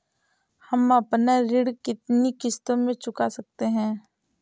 हम अपना ऋण कितनी किश्तों में चुका सकते हैं?